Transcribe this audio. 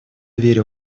верил